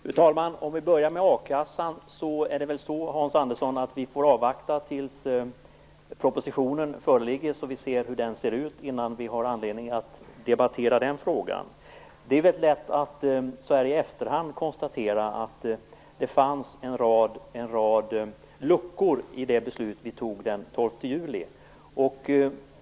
Fru talman! Om vi börjar med a-kassan får vi väl avvakta till propositionen föreligger så att vi ser hur den ser ut innan vi har anledning att debattera den frågan, Hans Andersson. Det är väldigt lätt att så här i efterhand konstatera att det fanns en rad luckor i det beslut vi fattade den 12 juli.